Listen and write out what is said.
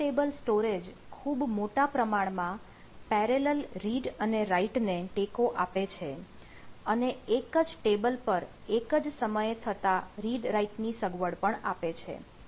BigTable storage ખૂબ મોટા પ્રમાણમાં પેરેલલ રીડ ને ટેકો આપે છે અને એક જ ટેબલ પર એક જ સમયે થતા રીડ રાઇટ ની સગવડ પણ આપે છે